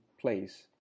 place